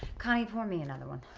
connie, pour me another one.